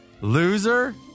Loser